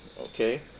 okay